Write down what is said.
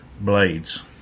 blades